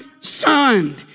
son